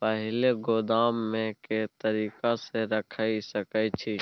पहिले गोदाम में के तरीका से रैख सके छी?